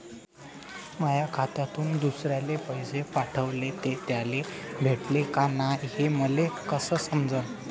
माया खात्यातून दुसऱ्याले पैसे पाठवले, ते त्याले भेटले का नाय हे मले कस समजन?